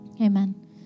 Amen